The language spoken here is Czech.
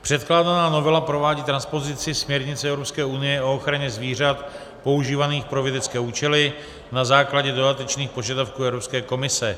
Předkládaná novela provádí transpozici směrnice Evropské unie o ochraně zvířat používaných pro vědecké účely na základě dodatečných požadavků Evropské komise.